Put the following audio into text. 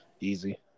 Easy